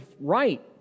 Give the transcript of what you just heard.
right